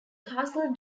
castle